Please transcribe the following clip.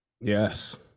Yes